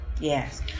Yes